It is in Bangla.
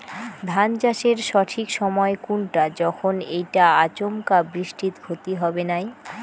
ধান চাষের সঠিক সময় কুনটা যখন এইটা আচমকা বৃষ্টিত ক্ষতি হবে নাই?